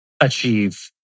achieve